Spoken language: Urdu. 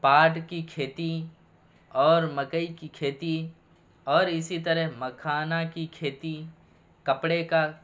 پاٹ کی کھیتی اور مکئی کی کھیتی اور اسی طرح مکھانا کی کھیتی کپڑے کا